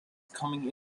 coming